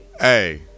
Hey